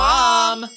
Mom